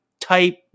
type